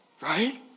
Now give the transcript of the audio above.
Right